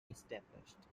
established